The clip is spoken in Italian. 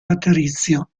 laterizio